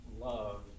love